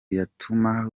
yatuma